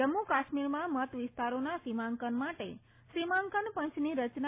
જમ્મુ કાશ્મીરમાં મતવિસ્તારોના સીમાંકન માટે સીમાંકન પંચની રચના